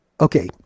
okay